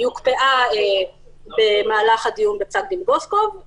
היא הוקפאה במהלך הדיון בגזר דין גרוסקופף